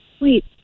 Wait